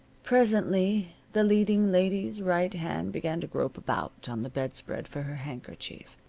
presently the leading lady's right hand began to grope about on the bedspread for her handkerchief.